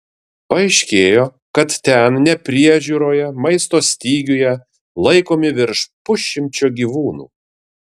paaiškėjo kad ten nepriežiūroje maisto stygiuje laikomi virš pusšimčio gyvūnų